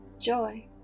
joy